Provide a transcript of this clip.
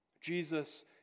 Jesus